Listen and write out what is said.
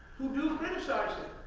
who do criticize him.